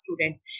students